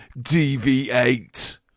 DV8